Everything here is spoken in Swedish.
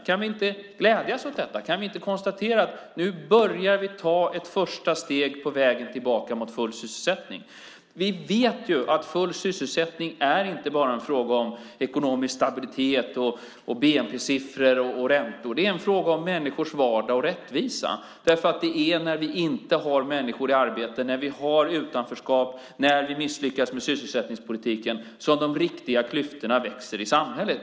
Kan vi inte glädjas åt detta? Kan vi inte konstatera att nu börjar vi ta ett första steg på vägen tillbaka mot full sysselsättning. Vi vet ju att full sysselsättning inte bara är en fråga om ekonomisk stabilitet, bnp-siffror och räntor. Det är en fråga om människor vardag och rättvisa. Det är när vi inte har människor i arbete, när vi har utanförskap och när vi misslyckas med sysselsättningspolitiken som de riktiga klyftorna växer i samhället.